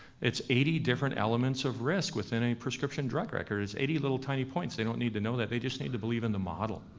it's eighty different elements of risk within a prescription drug record, it's eighty little tiny points, they don't need to know that, they just need to believe in the model.